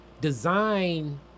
design